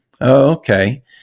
Okay